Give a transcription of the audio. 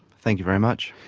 thank you very much.